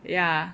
ya